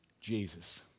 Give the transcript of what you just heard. Jesus